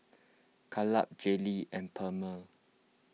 Kaleb Jaylynn and Pernell